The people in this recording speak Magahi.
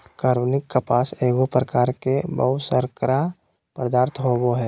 कार्बनिक कपास एगो प्रकार के बहुशर्करा पदार्थ होबो हइ